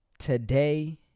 Today